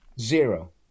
zero